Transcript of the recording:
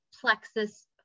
plexus